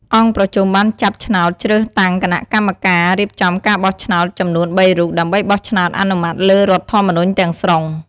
អង្គប្រជុំបានចាប់ឆ្នោតជ្រើសតាំងគណៈកម្មការរៀបចំការបោះឆ្នោតចំនួនបីរូប ដើម្បីបោះឆ្នោតអនុម័តលើរដ្ឋធម្មនុញ្ញទាំងស្រុង។